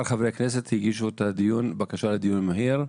חברי כנסת הגישו את הבקשה לדיון מהיר.